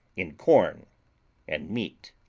in corn and meat.